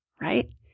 right